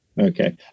okay